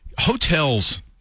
Hotels